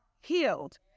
healed